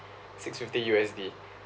six fifty U_S_D